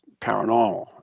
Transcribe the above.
paranormal